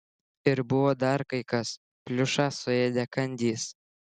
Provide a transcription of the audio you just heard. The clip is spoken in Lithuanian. ir buvo dar kai kas pliušą suėdė kandys